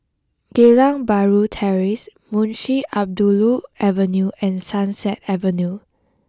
Geylang Bahru Terrace Munshi Abdullah Avenue and Sunset Avenue